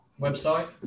website